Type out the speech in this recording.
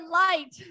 light